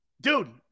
Dude